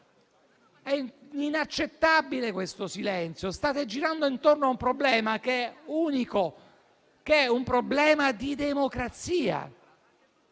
È inaccettabile, questo silenzio. State girando intorno a un problema che è unico ed è di democrazia.